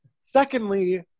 Secondly